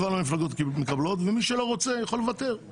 כל המפלגות מקבלות ומי שלא רוצה יכול לוותר.